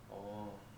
oh